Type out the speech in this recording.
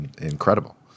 incredible